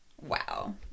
Wow